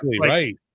Right